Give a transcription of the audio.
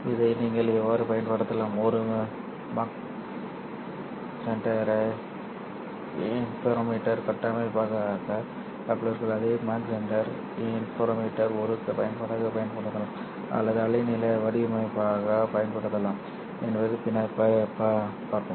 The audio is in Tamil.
இதை நீங்கள் எவ்வாறு பயன்படுத்தலாம் ஒரு மாக் ஜெஹெண்டர் இன்டர்ஃபெரோமீட்டரைக் கட்டமைக்க கப்ளர்கள் அதே மாக் ஜெஹெண்டர் இன்டர்ஃபெரோமீட்டரை ஒரு பயன்பாடாகப் பயன்படுத்தலாம் அல்லது அலைநீள வடிப்பானாக செயல்படுத்தலாம் என்பதை பின்னர் பார்ப்போம்